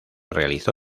realizó